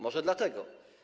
Może dlatego.